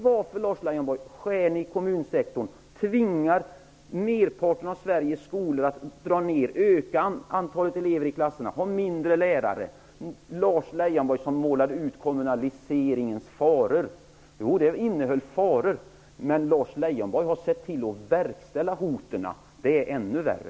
Varför, Lars Leijonborg, skär ni i kommunsektorn och tvingar merparten av Sveriges skolor att spara, att öka antalet elever i klasserna och ha färre lärare? Lars Leijonborg målade upp kommunaliseringens faror. Jo, den innehöll faror, men Lars Leijonborg har sett till att verkställa hoten. Det är ännu värre.